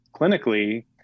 clinically